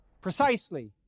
Precisely